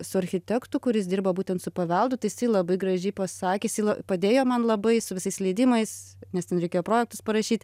su architektu kuris dirba būtent su paveldu tai jisai labai gražiai pasakė jisai la padėjo man labai su visais leidimais nes ten reikėjo projektus parašyti